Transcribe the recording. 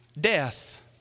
Death